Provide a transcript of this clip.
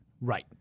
Right